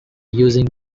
using